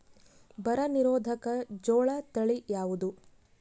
ಬರ ನಿರೋಧಕ ಜೋಳ ತಳಿ ಯಾವುದು?